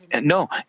No